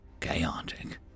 chaotic